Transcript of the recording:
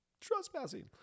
Trespassing